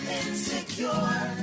insecure